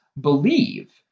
believe